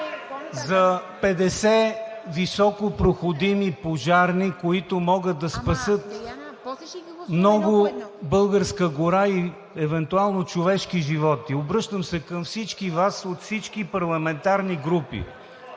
за 50 високопроходими пожарни, които могат да спасят много българска гора и човешки животи. Обръщам се към всички Вас – от всички парламентарни групи: